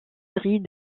série